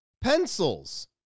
pencils